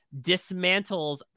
dismantles